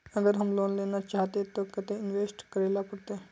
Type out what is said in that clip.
अगर हम लोन लेना चाहते तो केते इंवेस्ट करेला पड़ते?